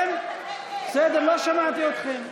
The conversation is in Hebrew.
בסדר, לא שמעתי אתכם.